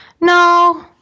no